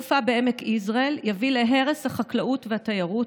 שדה התעופה בעמק יזרעאל יביא להרס החקלאות והתיירות